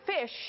fish